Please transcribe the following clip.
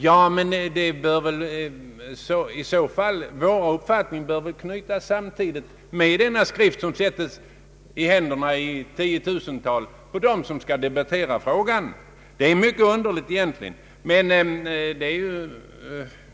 Jag kan inte förstå varför inte vår uppfattning skulle kunna få komma till uttryck samtidigt i den skrift som satts i händerna på de tiotusentals människor som skall debattera frågan. Det är mycket underligt att så inte har skett.